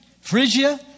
Phrygia